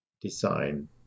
design